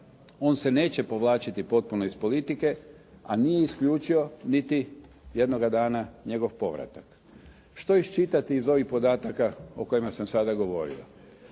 On se neće povlačiti potpuno iz politike, a nije isključio niti jednoga dana njegov povratak. Što iščitati iz ovih podataka o kojima sam sada govorio?